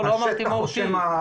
לא אמרתי מהותי.